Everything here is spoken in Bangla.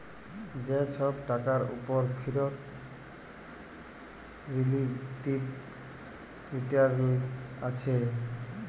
যে ছব টাকার উপর ফিরত রিলেটিভ রিটারল্স আসে